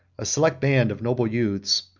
a select band of noble youths,